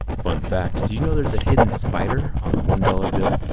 fun fact did you know there's a hidden spider on the one dollar bill?